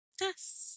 Yes